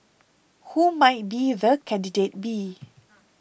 who might be the candidate be